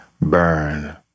burn